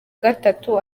gatatu